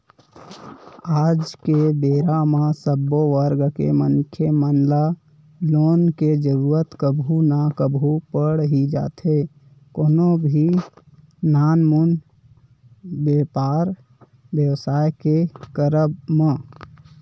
आज के बेरा म सब्बो वर्ग के मनखे मन ल लोन के जरुरत कभू ना कभू पड़ ही जाथे कोनो भी नानमुन बेपार बेवसाय के करब म